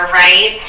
right